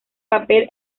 papel